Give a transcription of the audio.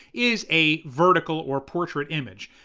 is a vertical or portrait image.